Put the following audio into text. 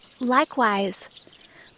Likewise